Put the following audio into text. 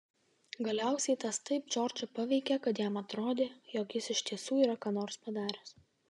galiausiai tas taip džordžą paveikė kad jam atrodė jog jis iš tiesų yra ką nors padaręs